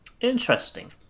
Interesting